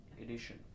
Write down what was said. edition